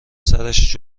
سرش